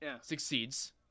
succeeds